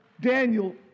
Daniel